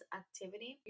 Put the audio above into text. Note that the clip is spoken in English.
activity